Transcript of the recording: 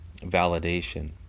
validation